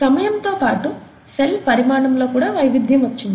సమాయంతో పాటు సెల్ పరిమాణం లో కూడా వైవిధ్యం వచ్చింది